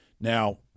Now